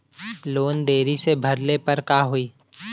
Loan देरी से भरले पर का होई?